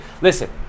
Listen